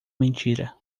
mentira